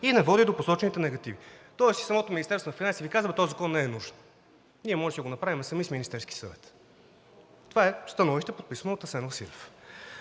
и не води до посочените негативи.“ Тоест и самото Министерство на финансите Ви казва: „Този закон не е нужен. Ние можем да си го направим сами с Министерския съвет.“ Това е становище, подписано от Асен Василев.